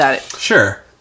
Sure